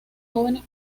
jóvenes